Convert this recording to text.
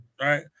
Right